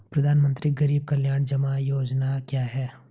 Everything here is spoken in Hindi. प्रधानमंत्री गरीब कल्याण जमा योजना क्या है?